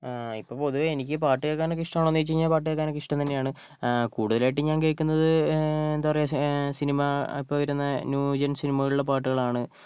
ഇപ്പോൾ പൊതുവെ എനിക്ക് പാട്ട് കേൾക്കാനൊക്കെ ഇഷ്ട്മാണോയെന്നു ചോദിച്ചു കഴിഞ്ഞാൽ പാട്ട് കേൾക്കാനൊക്കെ ഇഷ്ടം തന്നെയാണ് കൂടുതലായിട്ടും ഞാൻ കേൾക്കുന്നത് എന്താ പറയുക സിനിമ ഇപ്പം വരുന്ന ന്യൂ ജെൻ സിനിമകളിലെ പാട്ടുകളാണ്